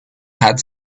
had